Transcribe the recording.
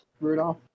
Rudolph